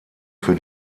für